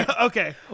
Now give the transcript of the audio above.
okay